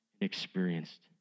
experienced